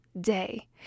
day